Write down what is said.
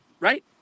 Right